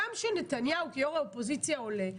גם כשנתניהו כיו"ר אופוזיציה עולה,